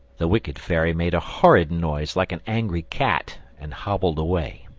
the wicked fairy made a horrid noise like an angry cat, and hobbled away.